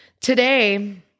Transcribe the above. today